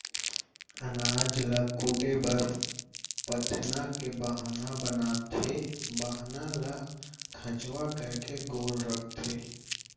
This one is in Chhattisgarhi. अनाज ल कूटे बर पथना के बाहना बनाथे, बाहना ल खंचवा करके गोल रखथें